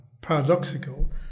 paradoxical